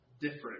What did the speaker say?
different